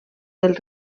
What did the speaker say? del